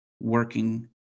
working